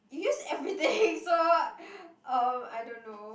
you use everything so~ um I don't know